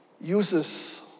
uses